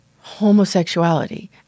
homosexuality